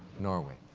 norway.